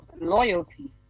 loyalty